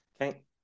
Okay